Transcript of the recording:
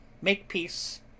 MAKEPEACE